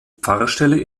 pfarrstelle